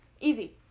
Easy